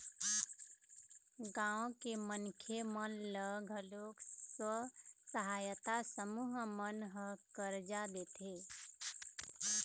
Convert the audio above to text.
गाँव के मनखे मन ल घलोक स्व सहायता समूह मन ह करजा देथे